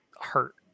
hurt